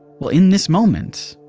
well in this moment,